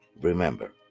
Remember